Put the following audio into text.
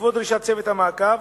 בעקבות דרישת צוות המעקב